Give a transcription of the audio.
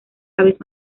aves